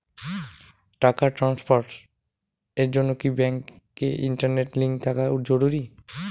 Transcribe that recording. টাকা ট্রানস্ফারস এর জন্য কি ব্যাংকে ইন্টারনেট লিংঙ্ক থাকা জরুরি?